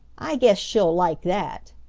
i guess she'll like that,